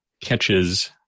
catches